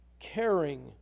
Caring